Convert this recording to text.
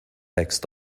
next